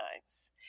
times